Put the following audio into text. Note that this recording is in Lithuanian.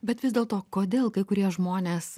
bet vis dėlto kodėl kai kurie žmonės